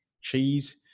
cheese